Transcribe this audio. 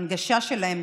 הנגשה שלהם,